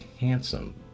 handsome